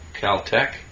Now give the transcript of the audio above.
Caltech